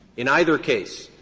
in either case,